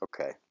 Okay